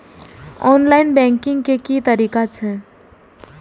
Online banking के की तरीका छै?